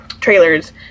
trailers